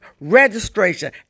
registration